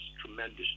tremendous